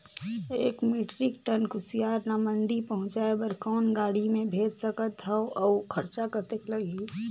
एक metric ton कुसियार ल मंडी पहुंचाय बर कौन गाड़ी मे भेज सकत हव अउ खरचा कतेक लगही?